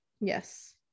Yes